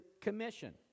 commission